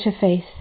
Faith